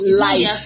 life